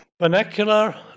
vernacular